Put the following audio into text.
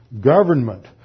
government